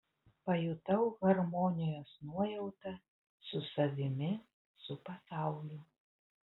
pajutau harmonijos nuojautą su savimi su pasauliu